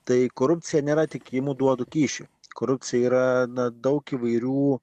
tai korupcija nėra tik imu duodu kyšį korupcija yra daug įvairių